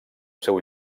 seu